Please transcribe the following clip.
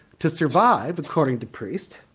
to survive, according to priest,